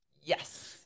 Yes